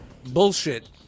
Bullshit